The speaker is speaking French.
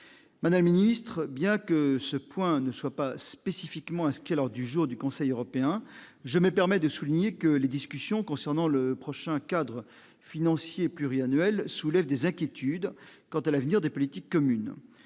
Madame ministre, bien que ce point ne soit pas spécifiquement à ce qu'Elor du jour du Conseil européen, je me permets de souligner que les discussions concernant le prochain cadre financier pluriannuel soulève des inquiétudes quant à l'avenir des politiques communes,